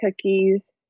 cookies